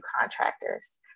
Contractors